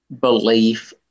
belief